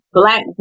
black